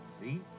See